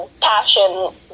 passion